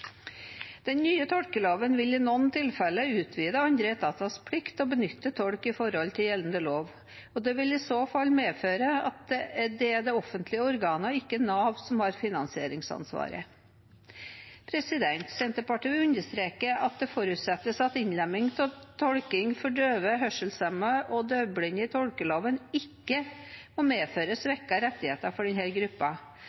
Den nye tolkeloven vil i noen tilfeller utvide andre etaters plikt til å benytte tolk i henhold til gjeldende lov. Det vil i så fall medføre at det er det offentlige organet, ikke Nav, som har finansieringsansvaret. Senterpartiet vil understreke at det forutsettes at innlemming av tolking for døve, hørselshemmede og døvblinde i tolkeloven ikke må medføre